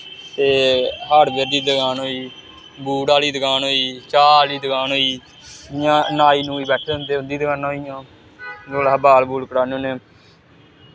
ते हाड़बेयर दी दकान होई गेई बूट आह्ली दकान होई गेई चाह् आह्ली दकान होई गेई जि'यां नाई नूई बैठे दे होंदे उं'दी दकानां होई गेइयां नहोड़ै शा बाल बूल कटाने होन्ने